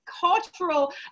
cultural